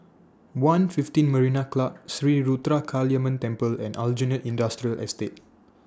one fifteen Marina Club Sri Ruthra Kaliamman Temple and Aljunied Industrial Estate